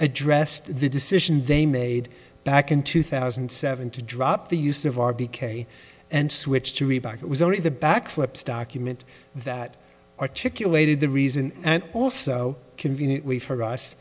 addressed the decision they made back in two thousand and seven to drop the use of our b k and switched to reebok it was only the backflips document that articulated the reason and also conveniently for us